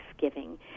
thanksgiving